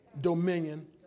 dominion